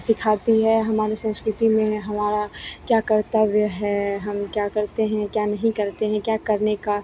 सिखाती है हमारे संस्कृति में हमारा क्या कर्तव्य है हम क्या करते हैं क्या नहीं करते हैं क्या करने का